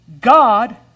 God